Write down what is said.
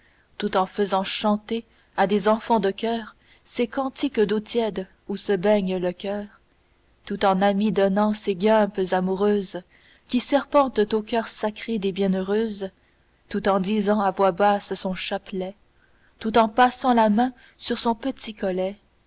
tout en faisant chanter à des enfants de choeurs ces cantiques d'eau tiède où se baigne le coeur tout en ami donnant ces guimpes amoureuses qui serpentent au coeur sacré des bienheureuses tout en disant à voix basse son chapelet tout en passant la main sur son petit collet